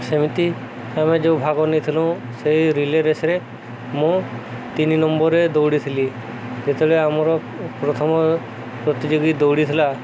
ସେମିତି ଆମେ ଯୋଉ ଭାଗ ନେଇଥିଲୁ ସେଇ ରିଲେ ରେସରେ ମୁଁ ତିନି ନମ୍ବରରେ ଦୌଡ଼ିଥିଲି ଯେତେବେଳେ ଆମର ପ୍ରଥମ ପ୍ରତିଯୋଗୀ ଦୌଡ଼ିଥିଲା